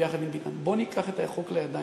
ביחד עם ביטן: בוא ניקח את החוק לידיים,